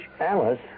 Alice